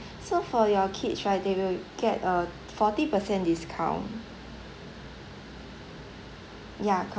so for your kids right they will get a forty percent discount